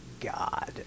God